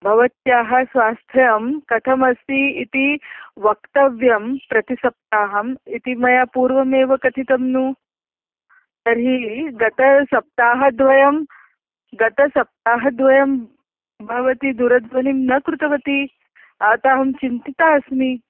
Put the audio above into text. भवत्याः स्वास्थ्यं कथमस्ति इति वक्तव्यं प्रतिसप्ताहम् इति मया पूर्वमेव कथितं ननु तर्हि गतासप्ताहद्वयं गतसप्ताहद्वयं भवती दूरध्वनिं न कृतवती अत अहं चिन्तिता अस्मि